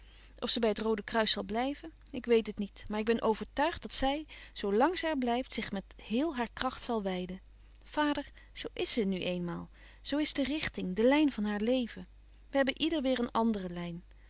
of ze bij het roode kruis zal blijven ik weet het niet maar ik ben overtuigd dat zij zoo làng ze er blijft zich met heel haar kracht zal wijden vader zoo is ze nu eenmaal zoo is de richting de lijn van haar leven we hebben ieder weêr een andere lijn